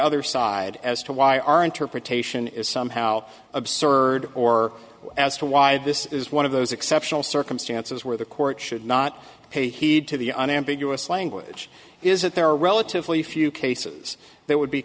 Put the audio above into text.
other side as to why our interpretation is somehow absurd or as to why this is one of those exceptional circumstances where the court should not pay heed to the an ambiguous language is that there are relatively few cases that would be